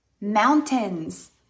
mountains